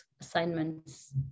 assignments